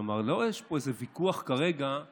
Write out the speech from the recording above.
כלומר, זה לא שיש פה ויכוח כרגע על